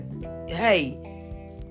Hey